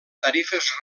tarifes